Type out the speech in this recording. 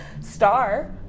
Star